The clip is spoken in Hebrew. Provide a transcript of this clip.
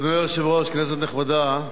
אדוני היושב-ראש, כנסת נכבדה,